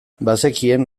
bazekien